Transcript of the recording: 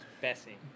Bessie